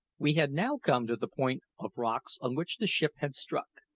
we had now come to the point of rocks on which the ship had struck,